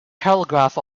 telegraph